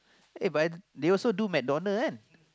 eh but they also do McDonald's one